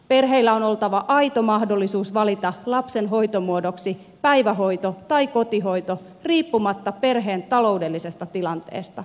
perheillä on oltava aito mahdollisuus valita lapsen hoitomuodoksi päivähoito tai kotihoito riippumatta perheen taloudellisesta tilanteesta